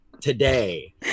today